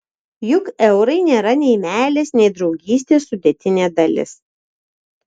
juk eurai nėra nei meilės nei draugystės sudėtinė dalis